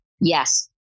yes